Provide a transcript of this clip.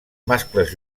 mascles